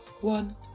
one